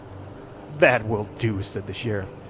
that will do, said the sheriff.